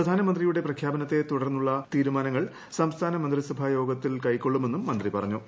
പ്രധാനമന്ത്രിയുടെ പ്രഖ്യാപനത്തെ തുടർന്നുള്ള തീരുമാനങ്ങൾ സംസ്ഥാന മന്ത്രിസഭായോഗത്തിൽ കൈക്കൊള്ളുമെന്നും മന്ത്രി പറഞ്ഞു